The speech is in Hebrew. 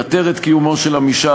כל אלה שיהיו בעלי זכות בחירה במועד משאל